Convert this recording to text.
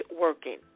working